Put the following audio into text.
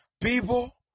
People